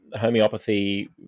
homeopathy